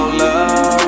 love